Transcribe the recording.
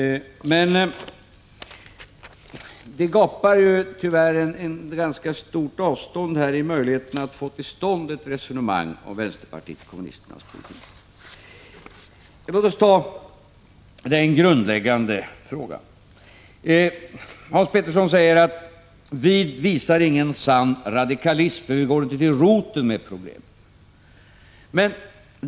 Det är tyvärr ett ganska stort avstånd till möjligheten att få till stånd ett resonemang om vänsterpartiet kommunisternas politik. Låt oss ta den grundläggande frågan. Hans Petersson säger att vi inte visar någon sann radikalism därför att vi inte går till roten med problemen.